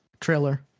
trailer